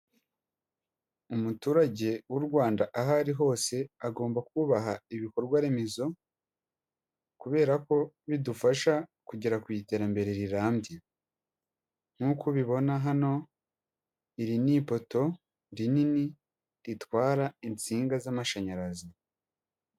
Umuturage w'u Rwanda aho ari hose agomba kubaha ibikorwa remezo kubera ko bidufasha kugera ku iterambere rirambye, nk'uko ubibona hano iri ni ipoto rinini ritwara insinga z'amashanyarazi.